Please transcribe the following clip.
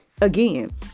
again